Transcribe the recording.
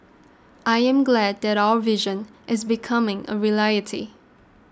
I am glad that our vision is becoming a reality